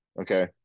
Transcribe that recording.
okay